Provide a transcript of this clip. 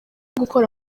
gukora